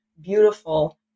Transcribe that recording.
beautiful